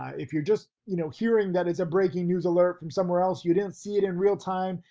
if you're just you know hearing that as a breaking news alert from somewhere else, you didn't see it in real time,